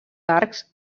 arcs